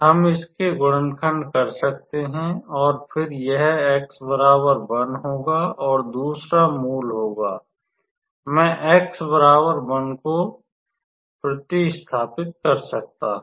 हम इसके गुणनखंड कर सकते हैं और फिर यह होगा और दूसरा मूल होगा मैं x बराबर 1 को स्थानापन्न कर सकता हूं